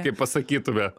kaip pasakytume